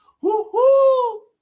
Woo-hoo